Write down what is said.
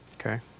Okay